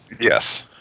Yes